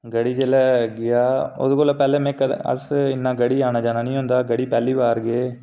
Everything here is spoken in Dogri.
गढ़ी जेल्लै गेआ ओह्दे कोला पैह्लें में कदें अस गढ़ी औना जाना निं होंदा हा गढ़ी पैह्ली बार गे